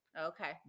Okay